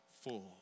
full